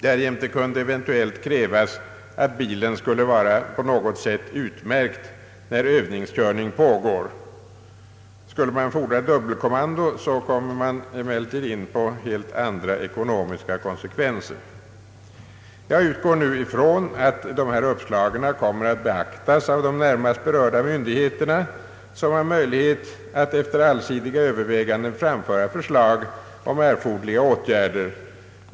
Därjämte kunde eventuellt krävas att bilen skulle vara på något sätt utmärkt när övnings körning pågår. Skulle man fordra dubbelkommando, skulle det emellertid bli helt andra ekonomiska konsekvenser. Jag utgår nu ifrån att dessa uppslag kommer att beaktas av de närmast berörda myndigheterna, som har möjlighet att efter allsidiga överlägganden framföra förslag om erforderliga åtgärder.